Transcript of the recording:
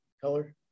color